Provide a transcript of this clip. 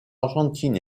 argentine